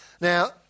Now